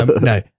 no